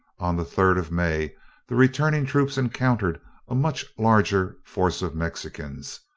on the third of may the returning troops encountered a much larger force of mexicans.